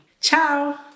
Ciao